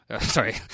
Sorry